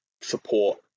support